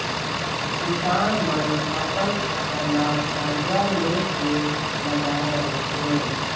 किसान मन अपन फसल ल करजा ले के लगाए रहिथे